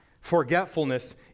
forgetfulness